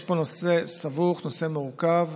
יש פה נושא סבוך ומורכב.